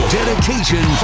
Dedication